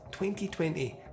2020